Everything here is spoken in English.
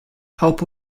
help